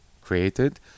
created